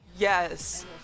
Yes